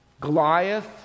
Goliath